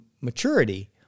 maturity